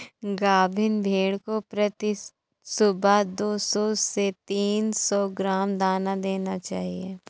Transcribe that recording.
गाभिन भेड़ को प्रति सुबह दो सौ से तीन सौ ग्राम दाना देना चाहिए